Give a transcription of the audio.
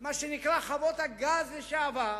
מה שנקרא חוות-הגז לשעבר,